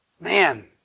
Man